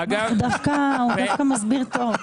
הוא דווקא מסביר טוב.